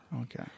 Okay